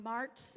March